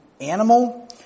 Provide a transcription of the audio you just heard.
animal